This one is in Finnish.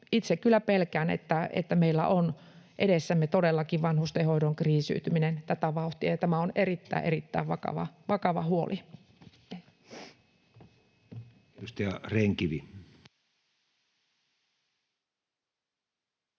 Itse kyllä pelkään, että meillä on edessämme todellakin vanhustenhoidon kriisiytyminen tätä vauhtia, ja tämä on erittäin, erittäin vakava huoli.